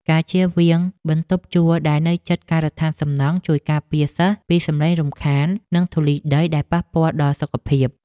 ការជៀសវាងបន្ទប់ជួលដែលនៅជិតការដ្ឋានសំណង់ជួយការពារសិស្សពីសំឡេងរំខាន និងធូលីដីដែលប៉ះពាល់ដល់សុខភាព។